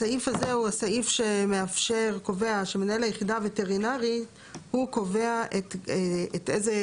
הסעיף הזה הוא הסעיף שקובע שמנהל היחידה הווטרינרית הוא קובע את איזה,